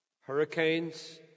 Hurricanes